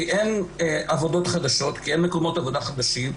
כי אין מקומות עבודה חדשים,